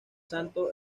santo